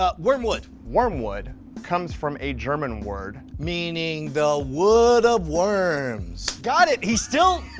ah wormwood. wormwood comes from a german word. meaning the wood of worms. got it, he still,